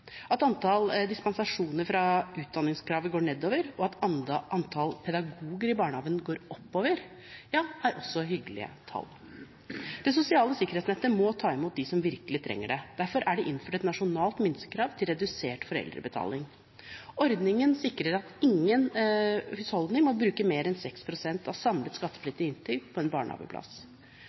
At antall dispensasjoner fra utdanningskravet går nedover og at antall pedagoger i barnehager går oppover, er også hyggelige tall. Det sosiale sikkerhetsnettet må ta imot dem som virkelig trenger det. Derfor er det innført et nasjonalt minstekrav til redusert foreldrebetaling. Ordningen sikrer at ingen husholdning må bruke mer enn 6 pst. av samlet skattepliktig inntekt på en barnehageplass.